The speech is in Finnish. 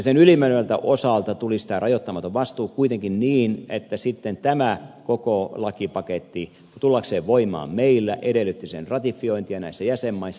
sen ylimenevältä osalta tulisi tämä rajoittamaton vastuu kuitenkin niin että sitten tämä koko lakipaketti tullakseen voimaan meillä edellytti sen ratifiointia näissä jäsenmaissa